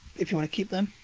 if you want to keep them.